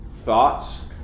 thoughts